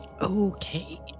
Okay